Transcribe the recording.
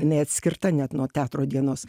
jinai atskirta net nuo teatro dienos